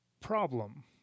problem